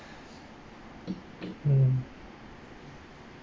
mm